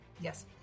Yes